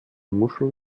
muscheln